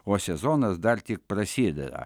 o sezonas dar tik prasideda